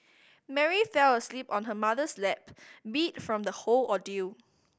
Mary fell asleep on her mother's lap beat from the whole ordeal